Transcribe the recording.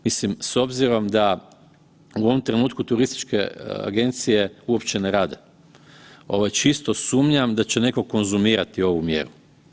Mislim s obzirom da u ovom trenutku turističke agencije uopće ne rade, ovo čisto sumnjam da će netko konzumirati ovu mjeru.